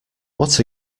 what